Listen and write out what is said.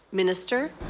minister.